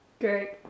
Great